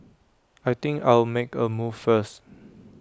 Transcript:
I think I'll make A move first